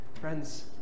Friends